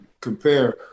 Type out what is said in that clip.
compare